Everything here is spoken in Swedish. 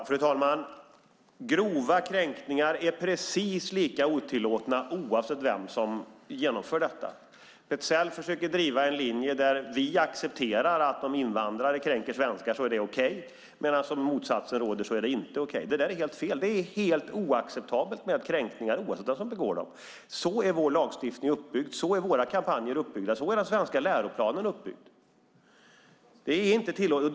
Fru talman! Grova kränkningar är precis lika otillåtna oavsett vem som genomför dem. Petzäll försöker driva linjen att vi anser att det är okej om invandrare kränker svenskar, men inte okej om motsatsen råder. Det där är helt fel. Det är helt oacceptabelt med kränkningar, oavsett vem som begår dem. Så är vår lagstiftning uppbyggd, så är våra kampanjer uppbyggda och så är den svenska läroplanen uppbyggd. Det är inte tillåtet.